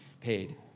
paid